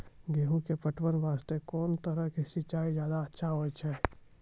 गेहूँ के पटवन वास्ते कोंन तरह के सिंचाई ज्यादा अच्छा होय छै?